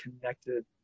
connected